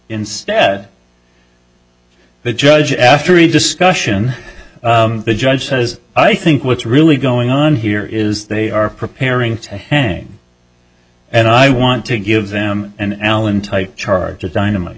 instead the judge after a discussion the judge says i think what's really going on here is they are preparing to hang and i want to give them an allen type charge of dynamite